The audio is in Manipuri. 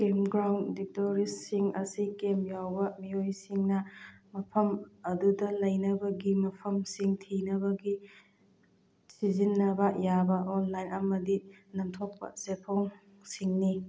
ꯀꯦꯝꯒ꯭ꯔꯥꯎꯟ ꯗꯤꯛꯇꯣꯔꯤꯁꯁꯤꯡ ꯑꯁꯤ ꯀꯦꯝ ꯌꯥꯎꯕ ꯃꯤꯑꯣꯏꯁꯤꯡꯅ ꯃꯐꯝ ꯑꯗꯨꯗ ꯂꯩꯅꯕꯒꯤ ꯃꯐꯝꯁꯤꯡ ꯊꯤꯅꯕꯒꯤ ꯁꯤꯖꯤꯟꯅꯕ ꯌꯥꯕ ꯑꯣꯟꯂꯥꯏꯟ ꯑꯃꯗꯤ ꯅꯝꯊꯣꯛꯄ ꯆꯦꯐꯣꯡꯁꯤꯡꯅꯤ